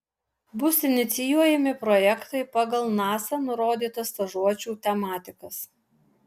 bus inicijuojami projektai pagal nasa nurodytas stažuočių tematikas